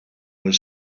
were